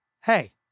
hey